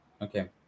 Okay